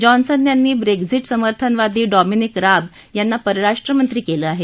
Johnson यांनी Brexit समर्थनवादी Dominic Raab यांना परराष्ट्रमंत्री केलं आहे